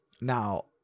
Now